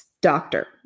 Doctor